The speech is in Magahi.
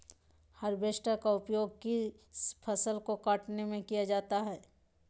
हार्बेस्टर का उपयोग किस फसल को कटने में किया जाता है?